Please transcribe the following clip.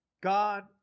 God